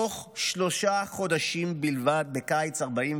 בתוך שלושה חודשים בלבד בקיץ 1944